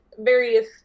various